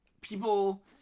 people